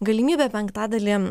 galimybė penktadalį